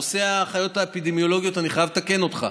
נושא האחיות האפידמיולוגיות, אני חייב לתקן אותך,